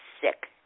sick